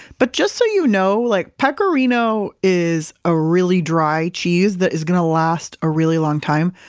but just so you know, like pecorino is a really dry cheese that is going to last a really long time.